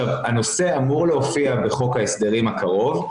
הנושא אמור להופיע בחוק ההסדרים הקרוב,